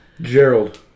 Gerald